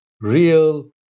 real